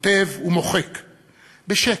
כותב ומוחק בשקט,